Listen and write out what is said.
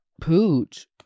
pooch